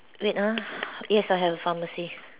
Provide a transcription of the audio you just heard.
wait ah yes I have a pharmacy